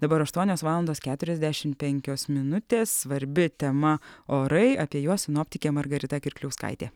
dabar aštuonios valandos keturiasdešimt penkios minutės svarbi tema orai apie juos sinoptikė margarita kirkliauskaitė